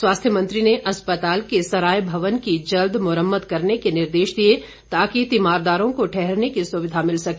स्वास्थ्य मंत्री ने अस्पताल के सराय भवन की जल्द मुरम्मत करने के निर्देश दिए ताकि तीमारदारों को ठहरने की सुविधा मिल सके